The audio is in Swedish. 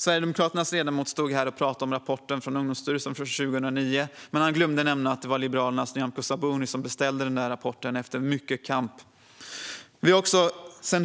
Sverigedemokraternas ledamot stod här och talade om rapporten från Ungdomsstyrelsen från 2009, men han glömde nämna att det var Liberalernas Nyamko Sabuni som beställde rapporten efter mycket kamp. Vi har